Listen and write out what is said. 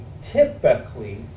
typically